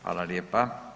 Hvala lijepa.